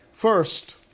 First